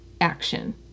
action